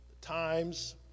times